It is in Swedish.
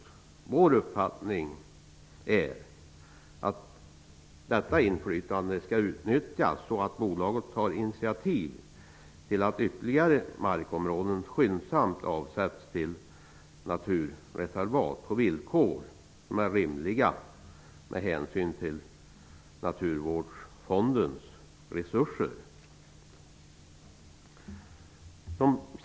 Enligt vår uppfattning skall detta inflytande utnyttjas så att bolaget tar initiativ till att ytterligare markområden skyndsamt avsätts till naturreservat på villkor som är rimliga med hänsyn till Naturvårdsfondens resurser.